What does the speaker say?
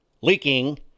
leaking